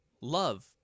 love